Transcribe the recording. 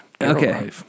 okay